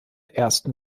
ersten